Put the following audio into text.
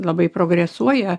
labai progresuoja